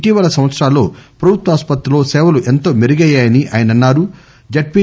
ఇటీవల సంవత్సరాల్లో ప్రభుత్వ ఆస్పత్రుల్లో సేవలు ఎంతో మెరుగయ్యాయని ఆయన అన్సారు